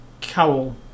cowl